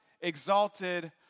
exalted